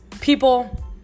People